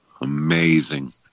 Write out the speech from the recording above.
Amazing